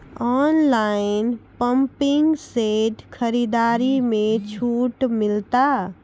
Online pumping set खरीदारी मे छूट मिलता?